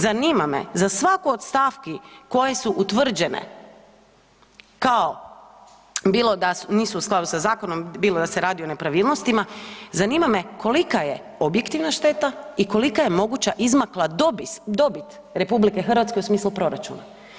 Zanima me za svaku od stavki koje su utvrđene kao, bilo da su, nisu u skladu sa zakonom, bilo da se radi o nepravilnostima, zanima me kolika je objektivna šteta i kolika je moguća izmakla dobit RH u smislu proračuna.